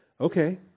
okay